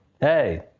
hey